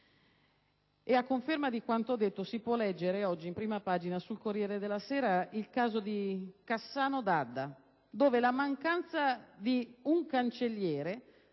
A conferma di quanto ho detto si può leggere oggi, sulla prima pagina del «Corriere della Sera», il caso di Cassano d'Adda, dove la mancanza di un cancelliere